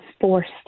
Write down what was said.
forced